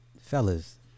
fellas